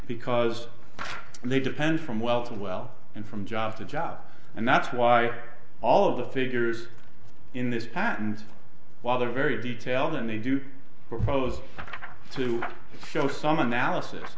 because they depend from well to well and from job to job and that's why all of the figures in this patents while they're very detailed and they do you propose to show some analysis